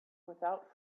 without